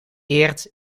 eert